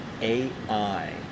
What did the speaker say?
AI